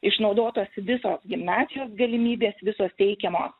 išnaudotos visos gimnazijos galimybės visos teikiamos